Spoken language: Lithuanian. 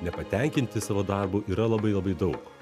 nepatenkinti savo darbu yra labai labai daug